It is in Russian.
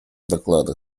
доклада